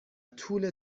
طول